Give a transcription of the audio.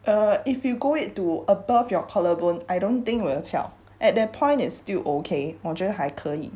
uh if you go it to above your collar bone I don't think will 翘 at that point is still okay 我觉得还可以